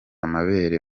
amabere